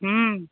हम्म